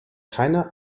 keiner